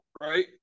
right